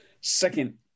Second